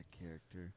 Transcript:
character